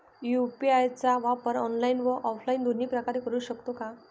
UPI चा वापर online व ऑफलाईन दोन्ही प्रकारे करु शकतो का?